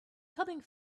coming